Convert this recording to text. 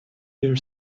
their